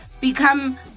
become